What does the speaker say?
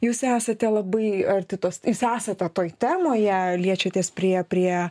jūs esate labai arti tos jūs esate toj temoje liečiatės prie prie